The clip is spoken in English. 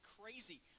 crazy